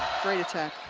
great attack